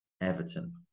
Everton